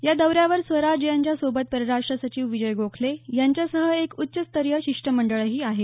या दौऱ्यावर स्वराज यांच्या सोबत परराष्टर सचिव विजय गोखले यांच्यासह एक उच्चस्तरीय शिष्टमंडळही आहे